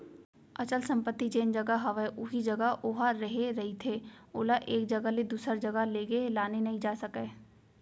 अचल संपत्ति जेन जघा हवय उही जघा ओहा रेहे रहिथे ओला एक जघा ले दूसर जघा लेगे लाने नइ जा सकय